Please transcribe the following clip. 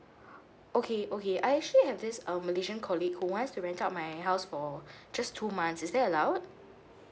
okay okay I actually have this um malaysian colleague who wants to rent out my house for just two months is that allow